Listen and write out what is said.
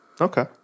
Okay